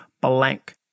blank